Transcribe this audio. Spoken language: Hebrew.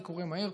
זה קורה מהר,